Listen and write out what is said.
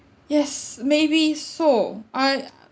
yes maybe so I I